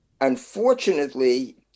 Unfortunately